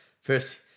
First